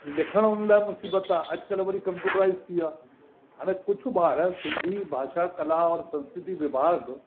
लिखण लाइ बि मुसीबत आहे अॼु कल्ह वरी कम्प्यूटराइज़ थी वियो आहे हाणे कुझु ॿार सिंधी भाषा कला और संस्कृती विभाग